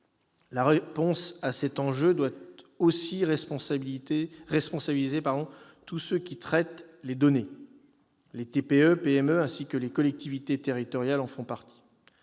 européenne à cet enjeu doit aussi responsabiliser tous ceux qui traitent les données. Les TPE-PME, ainsi que les collectivités territoriales, en font partie.